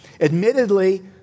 admittedly